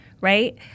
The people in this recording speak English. Right